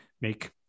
make